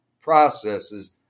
processes